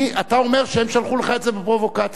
אתה אומר שהם שלחו לך את זה בפרובוקציה.